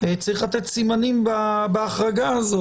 צריך לתת סימנים בהחרגה הזאת.